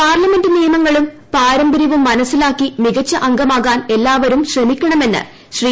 parliament നിയമങ്ങളും പാരമ്പര്യവും മനസ്സിലാക്കി മികച്ച അംഗമാകാൻ എല്ലാവരും ശ്രമിക്കണമെന്ന് ശ്രീ